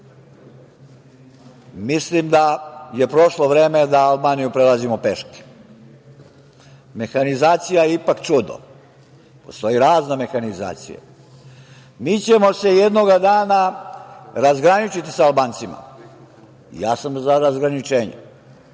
Mislim da je prošlo vreme da Albaniju prelazimo peške. Mehanizacija je ipak čudo. Postoji razna mehanizacija. Mi ćemo se jednoga dana razgraničiti sa Albancima. Ja sam za razgraničenje.